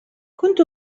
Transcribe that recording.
كنت